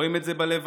רואים את זה בלוויות,